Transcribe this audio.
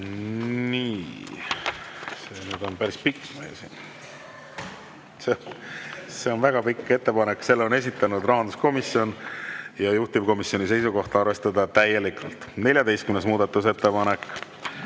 See on päris pikk meil siin, see on väga pikk ettepanek. Selle on esitanud rahanduskomisjon ja juhtivkomisjoni seisukoht on arvestada täielikult. 14. muudatusettepanek,